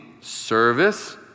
service